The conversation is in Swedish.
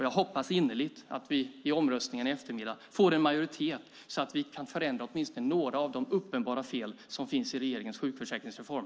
Jag hoppas innerligt att vi i omröstningen i dag får en majoritet så att vi kan rätta åtminstone några av de uppenbara fel som finns i regeringens sjukförsäkringsreform.